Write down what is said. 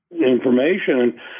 information